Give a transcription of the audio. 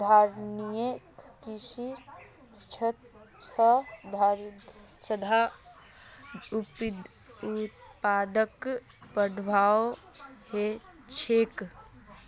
धारणिये कृषि स खाद्य उत्पादकक बढ़ववाओ ह छेक